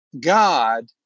God